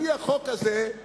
על-פי החוק הזה,